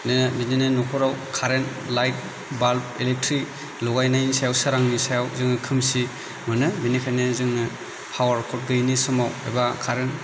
बिदिनो न'खराव current light bulb electric लगायनाय सायाव सोरांनि सायाव जोङो खोमसि मोनो बेनिखायनो जोङो पावार गैयिनि समाव एबा कारेन्ट